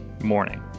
morning